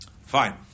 Fine